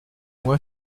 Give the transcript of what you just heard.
moi